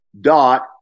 dot